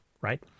right